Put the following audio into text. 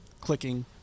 clicking